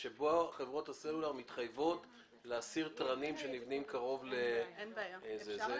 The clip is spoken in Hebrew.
שבהם חברות הסלולר מתחייבות להסיר תרנים שנבנים קרוב לבית הספר.